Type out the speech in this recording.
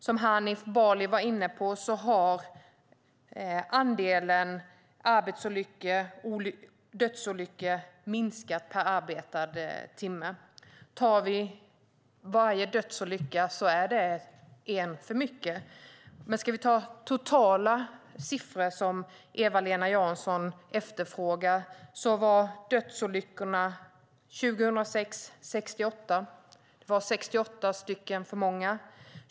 Som Hanif Bali var inne på har andelen dödsolyckor minskat per arbetad timme. Varje dödsolycka är en för mycket. Ska vi ta de totala siffrorna, som Eva-Lena Jansson efterfrågar, var det 68 dödsolyckor 2006. Det var 68 för många.